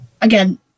again